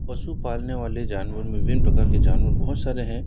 पशु पालने वाले जानवर में विभिन्न प्रकार के जानवर बहुत सारे हैं